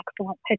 excellent